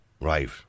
Right